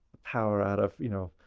power out of, you know,